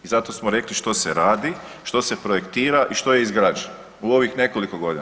I zato smo rekli što se radi, što se projektira i što je izgrađeno u ovih nekoliko godina.